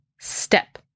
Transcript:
Step